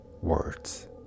words